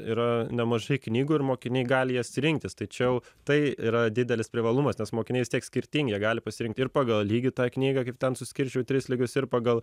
yra nemažai knygų ir mokiniai gali jas rinktis tai čia jau tai yra didelis privalumas nes mokiniais vis tiek skirtingi jie gali pasirinkt ir pagal lygį tą knygą kaip ten suskirsčiau į tris lygius ir pagal